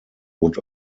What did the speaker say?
would